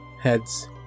heads